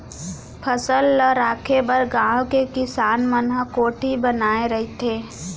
फसल ल राखे बर गाँव के किसान मन ह कोठी बनाए रहिथे